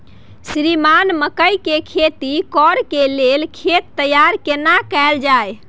श्रीमान मकई के खेती कॉर के लेल खेत तैयार केना कैल जाए?